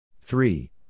Three